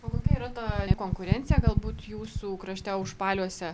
o kokia yra ta konkurencija galbūt jūsų krašte užpaliuose